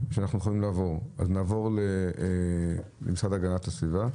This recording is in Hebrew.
נעבור למשרד להגנת הסביבה.